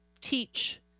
teach